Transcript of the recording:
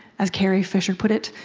as carrie fisher put it,